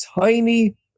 tiny